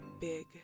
big